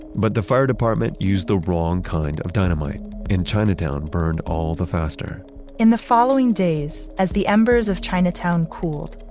but the fire department used the wrong kind of dynamite and chinatown burned all the faster in the following days, as the embers of chinatown cooled,